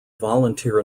volunteer